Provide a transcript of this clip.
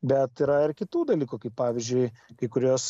bet yra ir kitų dalykų kaip pavyzdžiui kai kurios